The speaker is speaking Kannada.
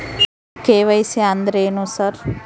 ಕೆ.ವೈ.ಸಿ ಅಂದ್ರೇನು ಸರ್?